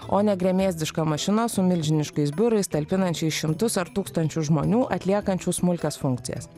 o ne gremėzdiška mašina su milžiniškais biurais talpinančiais šimtus ar tūkstančius žmonių atliekančių smulkias funkcijas